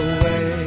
Away